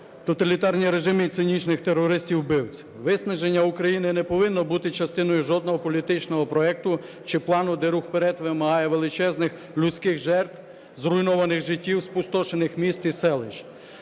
тоталітарні режими і цинічних терористів-вбивць. Виснаження України не повинно бути частиною жодного політичного проєкту чи плану, де рух вперед вимагає величезних людських жертв, зруйнованих життів, спустошених міст і селищ.